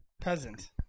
Peasant